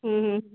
हं हं